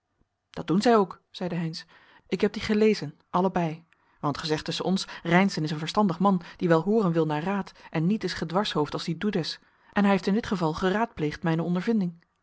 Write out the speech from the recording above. dat doen zij ook zeide heynsz ik heb die gelezen allebei want gezegd tusschen ons reynszen is een verstandig man die wel hooren wil naar raad en niet is een dwarshoofd als die doedes en hij heeft in dit geval geraadpleegd mijne ondervinding